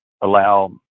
allow